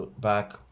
back